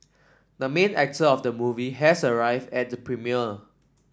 the main actor of the movie has arrived at the premiere